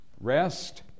Rest